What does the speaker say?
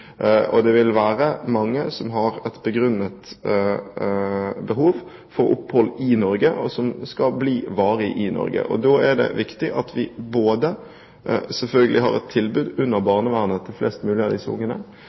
Det vil være mange som har et begrunnet behov for opphold i Norge, og som skal bli varig i Norge. Da er det viktig at vi selvfølgelig både har et tilbud under barnevernet til flest mulig av